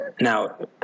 now